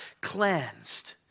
cleansed